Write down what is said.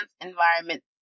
environment